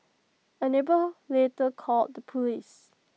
A neighbour later called the Police